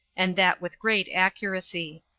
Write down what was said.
and that with great accuracy.